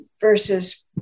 versus